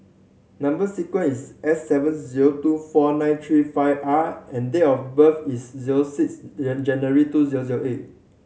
number sequence is S seven zero two four nine three five R and date of birth is zero six January two zero zero eight